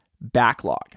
backlog